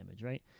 right